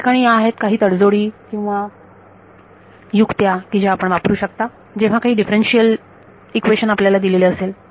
त्यामुळे या आहेत काही तडजोडी किंवा युक्त्या की ज्या आपण वापरू शकता जेव्हा काही डिफ्रेन्शियल इक्वेशन आपल्याला दिलेले असेल